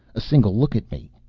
a single look at me.